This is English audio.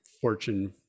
fortune